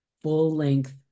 full-length